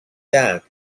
that